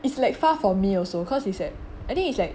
it's like far for me also cause it's at I think it's at